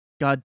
God